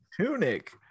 tunic